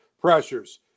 pressures